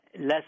less